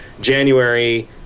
January